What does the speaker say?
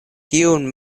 kiun